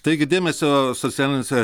taigi dėmesio socialiniuose